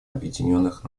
объединенных